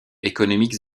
économiques